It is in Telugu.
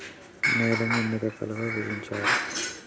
నేలలను ఎన్ని రకాలుగా విభజించారు?